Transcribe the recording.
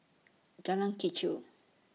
Jalan Kechil